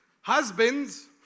Husbands